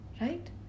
right